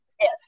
yes